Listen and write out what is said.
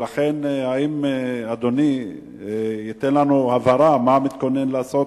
האם אדוני ייתן לנו הבהרה מה הצבא מתכונן לעשות,